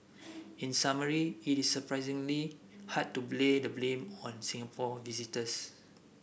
in summary it is surprisingly hard to lay the blame on Singapore visitors